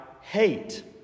hate